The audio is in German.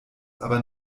aber